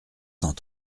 cent